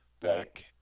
Back